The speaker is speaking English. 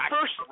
first –